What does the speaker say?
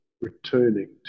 returning